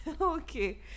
okay